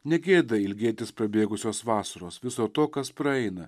negėda ilgėtis prabėgusios vasaros viso to kas praeina